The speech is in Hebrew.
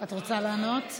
רוצה לענות.